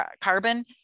carbon